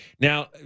Now